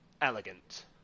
elegant